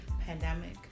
pandemic